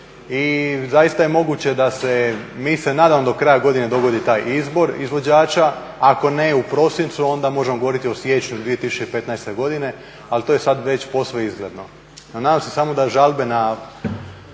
i zajedno je moguće da se, mi se nadamo do kraja godine dogodi taj izbor izvođača. Ako ne u prosincu, onda možemo govoriti o siječnju 2015. godine, ali to je sad već posve izgledno. No, nadam se samo da žalbeni